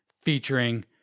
featuring